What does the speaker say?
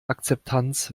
akzeptanz